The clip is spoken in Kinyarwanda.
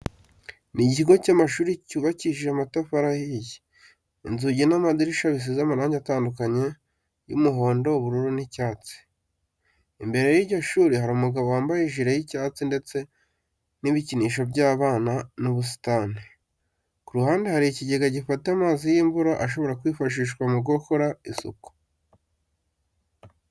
Ni ikigo cy'amashuri cyubakishije amatafari ahiye, inzugi n'amadirishya bisize amarange atandukanye y'umuhondo, ubururu n'icyatsi. Imbere y'iryo shuri hari umugabo wambaye ijire y'icyatsi ndetse n'ibikinisho by'abana n'ubusitani. Ku ruhande hari ikigega gifata amazi y'imvura ashobora kwifashishwa mu gukora amasuku.